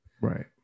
right